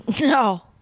No